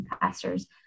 pastors